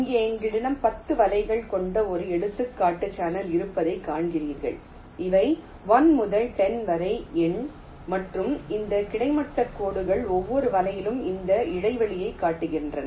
இங்கே எங்களிடம் 10 வலைகளைக் கொண்ட ஒரு எடுத்துக்காட்டு சேனல் இருப்பதைக் காண்கிறீர்கள் அவை 1 முதல் 10 வரை எண் மற்றும் இந்த கிடைமட்ட கோடுகள் ஒவ்வொரு வலைகளின் இந்த இடைவெளியைக் காட்டுகின்றன